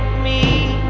me